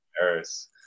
Paris